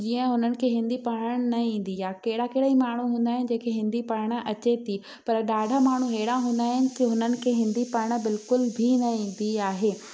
जीअं हुननि खे हिंदी पढ़ण न ईंदी आहे कहिड़ा कहिड़ा ई माण्हू हूंदा आहिनि जंहिंखें हिंदी पढ़णु अचे थी पर ॾाढा माण्हू एढ़ा हूंदा आहिनि की हुननि खे हिंदी पढ़ण बिल्कुल बि न ईंदी आहे